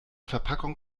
verpackung